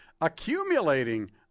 accumulating